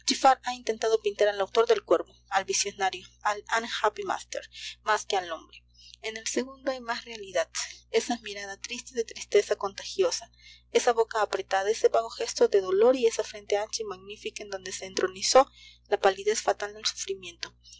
ha intentado pintar al autor del cuervo al visionario al unhappy master más que al hombre en el segundo hay más realidad esa mirada triste de tristeza contagiosa esa boca apretada ese vago gesto de dolor y esa frente ancha y magnífica en donde se entronizó la palidez fatal del sufrimiento